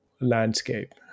landscape